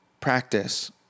practice